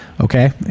okay